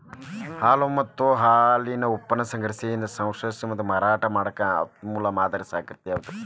ಹಾಲು ಮತ್ತ ಹಾಲಿನ ಉತ್ಪನ್ನಗಳನ್ನ ಸಂಗ್ರಹಿಸಿ, ಸಂಸ್ಕರಿಸಿ ಮತ್ತ ಮಾರಾಟ ಮಾಡಾಕ ಅಮೂಲ್ ಮಾದರಿ ಸಹಕಾರಿಯಾಗ್ಯತಿ